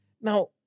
Now